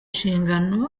nshingano